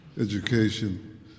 education